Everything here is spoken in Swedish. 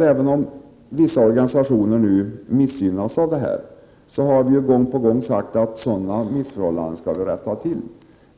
Även om vissa organisationer nu missgynnas, så har vi gång på gång sagt att vi skall rätta till sådana missförhållanden.